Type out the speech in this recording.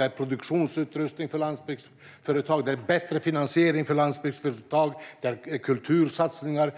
Det är produktionsutrustning för landsbygdsföretag. Det är bättre finansiering för landsbygdsföretag. Det är kultursatsningar